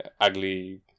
ugly